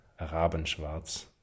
Rabenschwarz